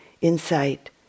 insight